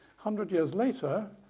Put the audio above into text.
hundred years later,